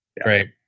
Great